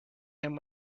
him